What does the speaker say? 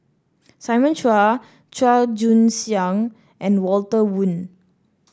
Simon Chua Chua Joon Siang and Walter Woon